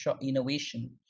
innovation